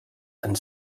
and